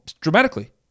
dramatically